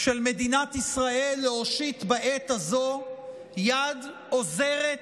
של מדינת ישראל להושיט בעת הזו יד עוזרת,